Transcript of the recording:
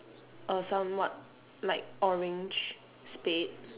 a somewhat light orange spade